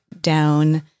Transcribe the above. down